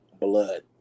blood